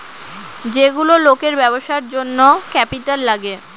যেগুলো লোকের ব্যবসার জন্য ক্যাপিটাল লাগে